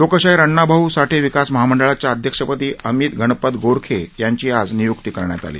लोकशाहीर अण्णाभाऊ साठे विकास महामंडळाच्या अध्यक्षपदी अमित गणपत गोरखे यांची आज नियुक्ती करण्यात आली आहे